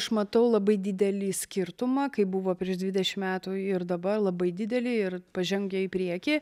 aš matau labai didelį skirtumą kaip buvo prieš dvidešim metų ir dabar labai didelį ir pažengė į priekį